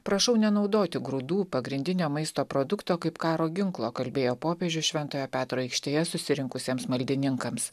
prašau nenaudoti grūdų pagrindinio maisto produkto kaip karo ginklo kalbėjo popiežius šventojo petro aikštėje susirinkusiems maldininkams